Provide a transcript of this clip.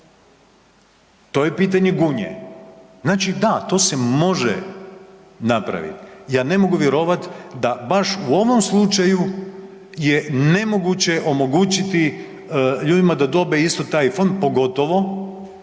To je pitanje Gunje. Znači da, to se može napraviti. Ja ne mogu vjerovati da baš u ovom slučaju je nemoguće omogućiti ljudima da dobe isto taj fond, pogotovo